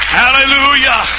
hallelujah